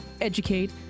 educate